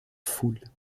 foule